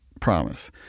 promise